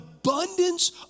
Abundance